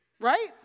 Right